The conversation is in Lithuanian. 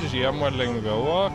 žiemą lengviau o